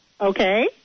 Okay